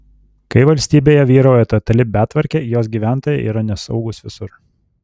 kai valstybėje vyrauja totali betvarkė jos gyventojai yra nesaugūs visur